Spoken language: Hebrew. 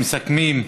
מסכמים.